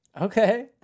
Okay